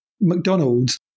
McDonald's